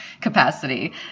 capacity